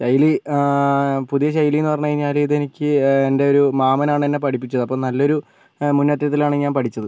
ശൈലി പുതിയ ശൈലി എന്ന് പറഞ്ഞ് കഴിഞ്ഞാല് ഇതെനിക്ക് എൻ്റെ ഒരു മാമനാണ് എന്നെ പഠിപ്പിച്ചത് അപ്പം നല്ലൊരു മുന്നേറ്റത്തിലാണ് ഞാൻ പഠിച്ചത്